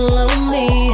lonely